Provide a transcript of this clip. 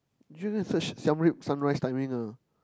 give a search Siam-Reap sunrise timing ah